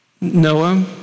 Noah